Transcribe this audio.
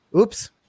oops